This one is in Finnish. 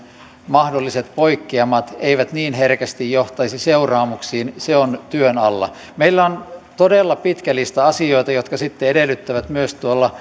mahdolliset poikkeamat eivät niin herkästi johtaisi seuraamuksiin on työn alla meillä on todella pitkä lista asioita jotka sitten edellyttävät myös tuolla